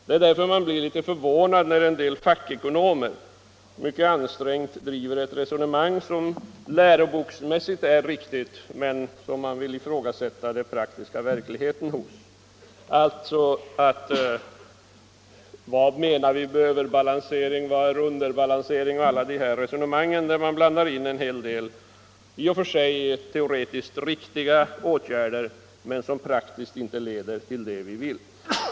Man blir därför litet förvånad när en del fackekonomer mycket ansträngt driver ett resonemang som läroboksmässigt är riktigt men som inte har förankring i den praktiska verkligheten. Det förs resonemang av typen: Vad menar vi med överbalansering, vad är underbalansering, osv.? Man föreslår en hel del teoretiskt i och för sig riktiga åtgärder som praktiskt inte leder till det vi vill.